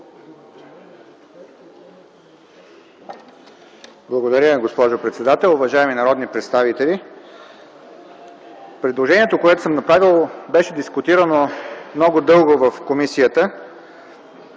Благодаря, госпожо председател. Уважаеми народни представители, предложението, което съм направил, беше дискутирано много дълго в комисията.